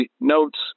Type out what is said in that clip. notes